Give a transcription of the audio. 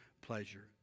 pleasure